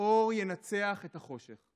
האור ינצח את החושך.